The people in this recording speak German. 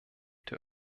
der